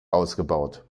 ausgebaut